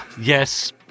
yes